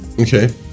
Okay